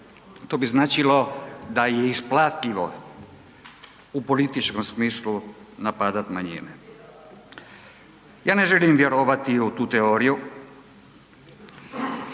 To bi značilo da je isplativo u političkom smislu napadat manjine. Ja ne želim vjerovati u tu teoriju.